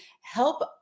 help